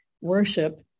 worship